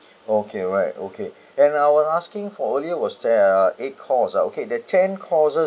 okay right okay and I was asking for earlier was sev~ uh eight course uh okay the ten courses